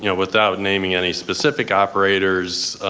yeah without naming any specific operators,